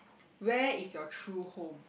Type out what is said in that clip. where is your true home